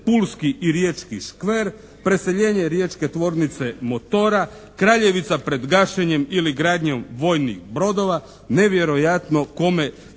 pulski i riječki škver", "Preseljenje riječke tvornice motora", "Kraljevica pred gašenjem ili gradnjom vojnih brodova". Nevjerojatno kome